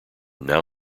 now